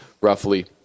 roughly